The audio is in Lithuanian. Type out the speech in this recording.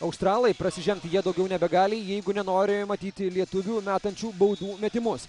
australai prasižengti jie daugiau begali jeigu nenori matyti lietuvių metančių baudų metimus